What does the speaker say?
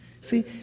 See